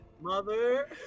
mother